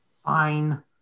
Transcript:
Fine